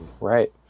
Right